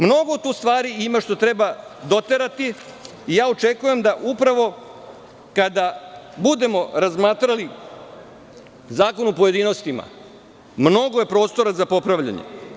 Mnogo tu stvari ima što treba doterati i očekujem da upravo kada budemo razmatrali zakon u pojedinostima, mnogo je prostora za popravljanje.